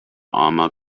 armer